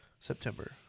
September